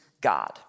God